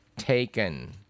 taken